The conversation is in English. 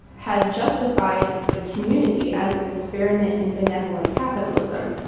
had justified the community as an experiment in benevolent capitalism.